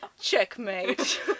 checkmate